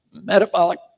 metabolic